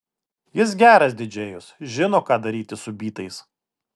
jis geras didžėjus žino ką daryti su bytais